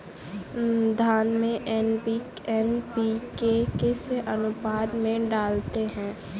धान में एन.पी.के किस अनुपात में डालते हैं?